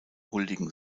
huldigen